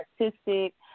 artistic